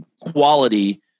quality